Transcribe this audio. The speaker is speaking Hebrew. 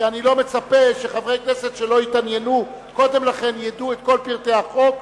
אני לא מצפה שחברי כנסת שלא התעניינו קודם לכן ידעו את כל פרטי החוק.